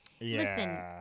Listen